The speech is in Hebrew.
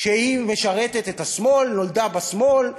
שמשרתת את השמאל, נולדה בשמאל.